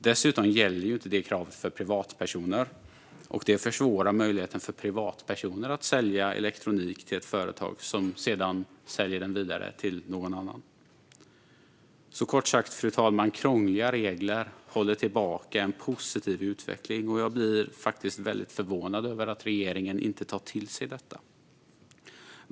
Dessutom gäller inte detta krav för privatpersoner, och det försvårar möjligheten för privatpersoner att sälja elektronik till ett företag som sedan säljer den vidare till någon annan. Kort sagt, fru talman: Krångliga regler håller tillbaka en positiv utveckling. Jag blir faktiskt väldigt förvånad över att regeringen inte tar till sig detta.